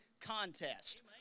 contest